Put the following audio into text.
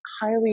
highly